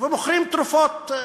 ומוכרים תרופות.